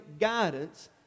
guidance